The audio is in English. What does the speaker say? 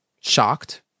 shocked